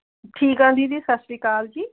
ਠੀਕ ਆ ਦੀਦੀ ਸਤਿ ਸ਼੍ਰੀ ਅਕਾਲ ਜੀ